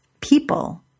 people